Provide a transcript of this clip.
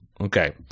Okay